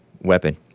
weapon